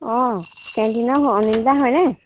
অঁ কেণ্টিনৰ অনিন্দিতা হয়নে